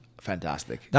fantastic